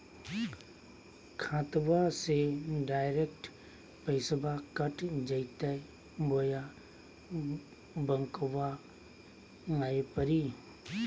खाताबा से डायरेक्ट पैसबा कट जयते बोया बंकबा आए परी?